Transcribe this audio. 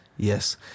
Yes